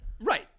right